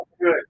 good